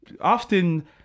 often